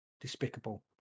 despicable